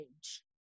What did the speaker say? age